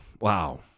Wow